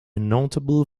notable